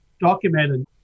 documented